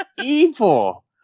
evil